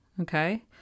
Okay